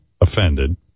offended